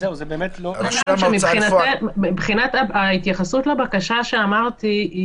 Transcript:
מבחינת ההתייחסות לבקשה שאמרתי,